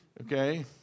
Okay